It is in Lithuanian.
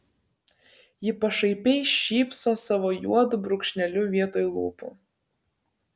ji pašaipiai šypso savo juodu brūkšneliu vietoj lūpų